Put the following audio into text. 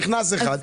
היה נכנס אחד,